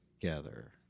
together